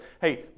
hey